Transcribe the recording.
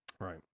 right